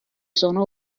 sono